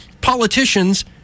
politicians